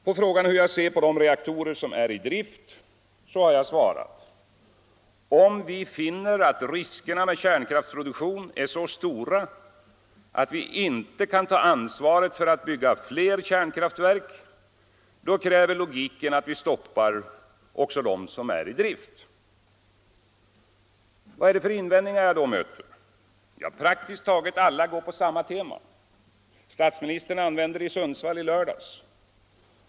På frågan hur jag ser på de reaktorer som är i drift har jag svarat: Om vi finner att riskerna med kärnkraftsproduktion är så stora att vi inte kan ta ansvaret för att bygga fler kärnkraftverk, då kräver logiken att vi stoppar också de som är i drift. Vad är det för invändningar jag då möter? Ja, praktiskt taget alla går på samma tema — statsministern använde det i Sundsvall i lördags.